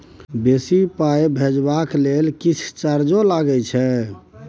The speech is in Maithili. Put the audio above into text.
बेसी पाई भेजबाक लेल किछ चार्जो लागे छै?